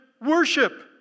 worship